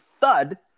thud